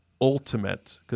ultimate